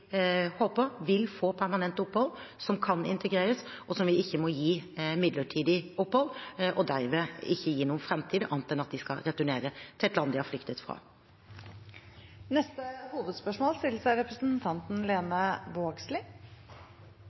håper vil få permanent opphold, som kan integreres, og som vi ikke må gi midlertidig opphold og derved ikke gi noen framtid annet enn at de skal returnere til et land de har flyktet fra. Vi går til neste hovedspørsmål.